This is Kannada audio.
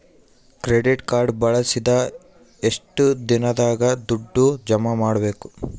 ಕ್ರೆಡಿಟ್ ಕಾರ್ಡ್ ಬಳಸಿದ ಎಷ್ಟು ದಿನದಾಗ ದುಡ್ಡು ಜಮಾ ಮಾಡ್ಬೇಕು?